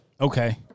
Okay